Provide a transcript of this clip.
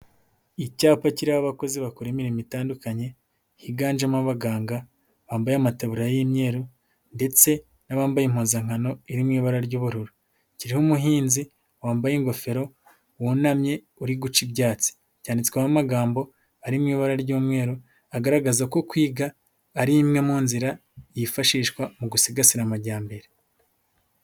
Icyapa kiriho abakozi bakora imirimo itandukanye, higanjemo abaganga bambaye amatabu y'imyeru ndetse n'abambaye impuzankano iri mu ibara ry'ubururu, kiriho umuhinzi wambaye ingofero wunamye uri guca ibyatsi cyanditsweho amagambo ari mu ibara ry'umweru, agaragaza ko kwiga ari imwe mu nzira yifashishwa mu gusigasira amajyambere.